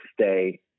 stay